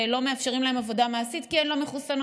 שלא מאפשרים להן עבודה מעשית כי הן לא מחוסנות.